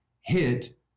hit